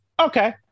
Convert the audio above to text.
Okay